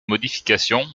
modifications